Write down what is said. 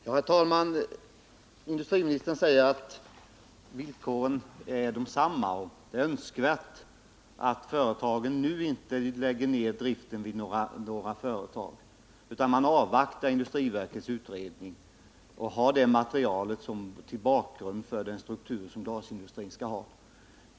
Herr talman! Industriministern säger att villkoren är desamma och att det är önskvärt att man nu inte lägger ner driften vid några företag utan avvaktar industriverkets utredning så att man får utredningsmaterialet som bakgrund för bedömningen av vilken struktur glasindustrin skall ha.